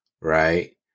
Right